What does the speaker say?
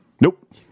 Nope